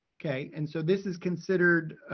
okay, and so this is considered